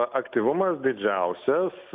aktyvumas didžiausias